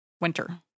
winter